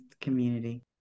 community